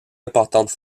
importante